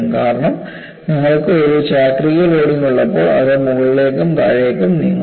കാരണം നിങ്ങൾക്ക് ഒരു ചാക്രിക ലോഡിംഗ് ഉള്ളപ്പോൾ അത് മുകളിലേക്കും താഴേക്കും നീങ്ങുന്നു